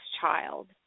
child